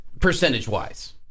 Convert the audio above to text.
percentage-wise